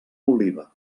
oliva